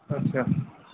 আচ্ছা